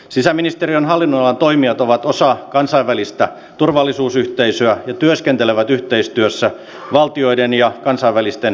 sisäministeriön hallinnonalan toimijat ovat osa kansainvälistä turvallisuusyhteisöä ja työskentelevät yhteistyössä valtioiden ja kansainvälisten yhteisöjen kanssa